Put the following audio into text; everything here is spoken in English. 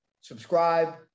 subscribe